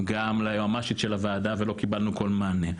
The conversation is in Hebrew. גם ליועמ"שית של הוועדה ולא קיבלנו כל מענה.